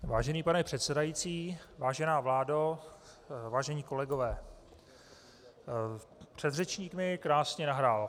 Vážený pane předsedající, vážená vládo, vážení kolegové, předřečník mi krásně nahrál.